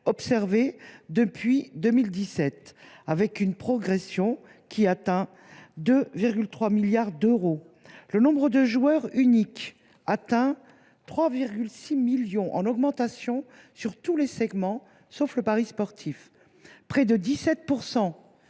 observés depuis 2017, avec une progression de 2,3 milliards d’euros. Le nombre de joueurs uniques atteint 3,6 millions, en augmentation sur tous les segments, sauf les paris sportifs. Près de 17